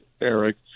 Eric